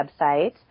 website